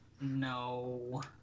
No